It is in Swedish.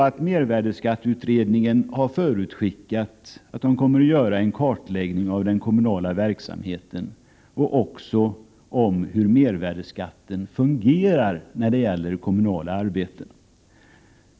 Mervärdeskatteutredningen har förutskickat att den kommer att göra en kartläggning av den kommunala verksamheten och även av hur mervärdeskatten fungerar när det gäller kommunala arbeten.